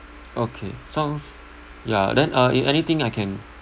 okay sounds ya then uh if anything I can